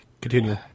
Continue